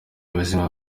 ubuzima